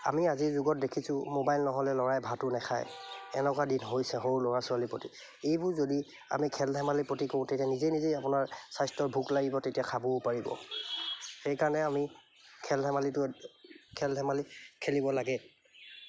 আমি আজিৰ যুগত দেখিছোঁ মোবাইল নহ'লে ল'ৰাই ভাতো নেখায় এনেকুৱা দিন হৈছে সৰু ল'ৰা ছোৱালীৰ প্ৰতি এইবোৰ যদি আমি খেল ধেমালি প্ৰতি কৰো তেতিয়া নিজে নিজেই আপোনাৰ স্বাস্থ্যৰ ভোক লাগিব তেতিয়া খাবও পাৰিব সেইকাৰণে আমি খেল ধেমালিটো খেল ধেমালি খেলিব লাগে